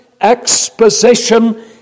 exposition